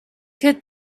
que